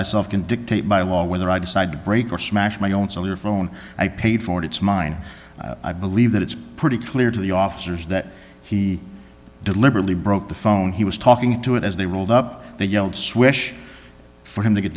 myself can dictate my law whether i decide to break or smash my own sell your phone i paid for it it's mine i believe that it's pretty clear to the officers that he deliberately broke the phone he was talking to it as they rolled up they yelled swish for him to get